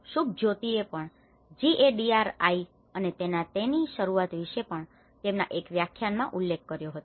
શુભજ્યોતિએ પણ જીએડીઆરઆઈ અને તેના તેની શરૂઆત વિશે પણ તેમના એક વ્યાખ્યાન માં ઉલ્લેખ કર્યો હતો